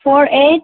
four eight